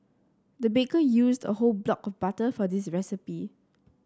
the baker used a whole block butter for this recipe